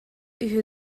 үһү